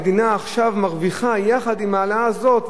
המדינה עכשיו מרוויחה מההעלאה הזאת,